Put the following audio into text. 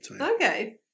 okay